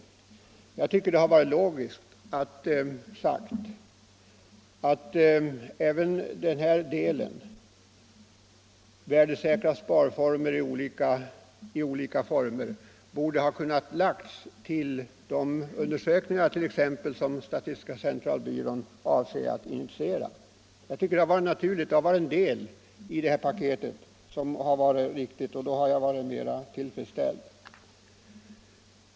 Jag tycker emellertid att det hade varit logiskt att säga att även den här delen — värdesäkert sparande i olika former — borde ha kunnat läggas till de undersökningar som t.ex. statistiska centralbyrån avser att initiera, eftersom det hade varit en viktig del i det här paketet. Då skulle jag varit mera tillfredsställd.